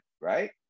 right